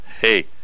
Hey